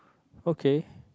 okay